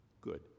Good